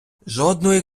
жодної